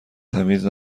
تمیز